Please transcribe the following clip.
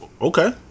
okay